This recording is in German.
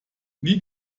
nie